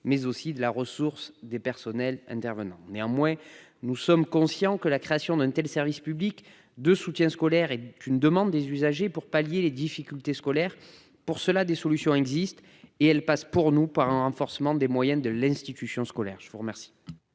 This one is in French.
mais aussi de la ressource des personnels intervenants. Néanmoins, nous sommes conscients que la création d'un tel service public de soutien est une demande des usagers pour pallier les difficultés scolaires. Pour cela, des solutions existent ; elles passent, selon nous, par un renforcement des moyens de l'institution scolaire. Quel